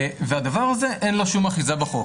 והדבר הזה אין לו שום אחיזה בחוק,